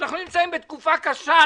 אנחנו נמצאים בתקופה קשה,